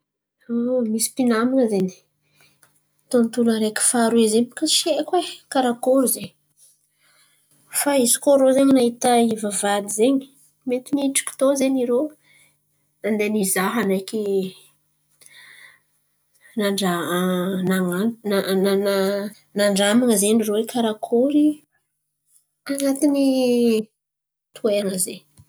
Misy mpinaman̈a zen̈y tontolo areky faharôe zen̈y baka tsy haiko e, karakory izen̈y. Fa izy koa irô zen̈y nahita hivavahady izen̈y mety nidriky tô izen̈y nahita nandeha nizaha ndreky, nandraman̈a zen̈y irô karakory an̈atiny toeran̈a zen̈y.